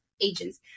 agents